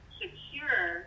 secure